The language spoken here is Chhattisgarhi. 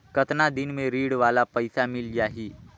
कतना दिन मे ऋण वाला पइसा मिल जाहि?